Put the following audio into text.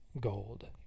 gold